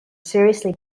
seriously